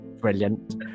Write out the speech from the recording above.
brilliant